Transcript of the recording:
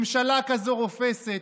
ממשלה כזאת רופסת,